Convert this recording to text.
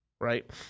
right